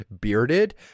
bearded